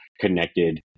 connected